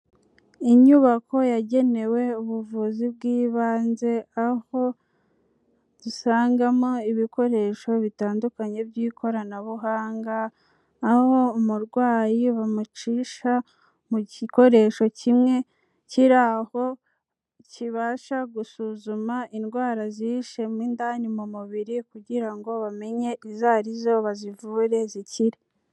Inyubako yagenewe ubuvuzi bw'ibanze aho dusangamo ibikoresho bitandukanye by'ikoranabuhanga, aho umurwayi bamucisha mu gikoresho kimwe kiri aho, kibasha gusuzuma indwara zihishemo indani mu mubiri kugira ngo bamenye izo ari zo bazivure zikire.